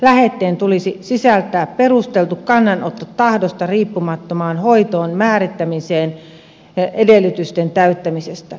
lähetteen tulisi sisältää perusteltu kannanotto tahdosta riippumattomaan hoitoon määräämisen edellytysten täyttymisestä